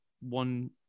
one